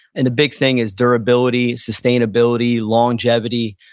and the big thing is durability, sustainability, longevity.